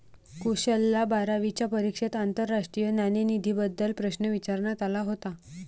कुशलला बारावीच्या परीक्षेत आंतरराष्ट्रीय नाणेनिधीबद्दल प्रश्न विचारण्यात आला होता